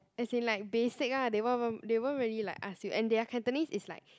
as in like basic lah they won't won't they won't really like ask you and their Cantonese is like